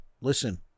listen